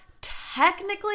technically